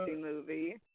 movie